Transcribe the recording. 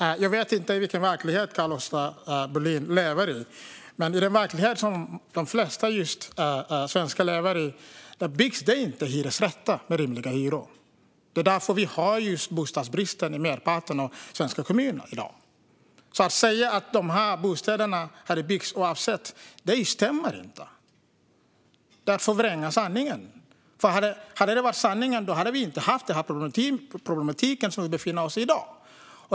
Fru talman! Jag vet inte vilken verklighet Carl-Oskar Bohlin lever i. Men den verklighet som de flesta svenskar lever i byggs inga hyresrätter till rimliga hyror. Det är därför det i dag finns en bostadsbrist i merparten av svenska kommuner. Det stämmer inte att bostäderna hade byggts oavsett. Att säga det är att förvränga sanningen. Om det hade varit sant hade vi inte haft den problematik som vi i dag befinner oss i.